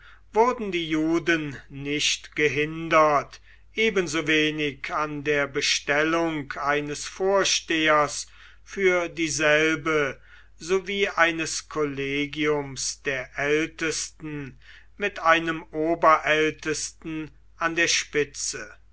wurden die juden nicht gehindert ebensowenig an der bestellung eines vorstehers für dieselbe sowie eines kollegiums der ältesten mit einem oberältesten an der spitze